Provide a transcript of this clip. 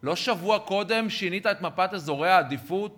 לא שבוע קודם שינית את מפת אזורי העדיפות